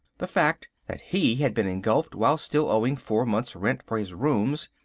the fact that he had been engulfed while still owing four months' rent for his rooms,